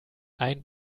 ein